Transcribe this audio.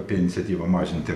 iniciatyvą mažinti